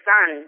Son